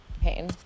pain